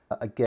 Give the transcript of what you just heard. again